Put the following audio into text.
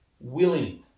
willing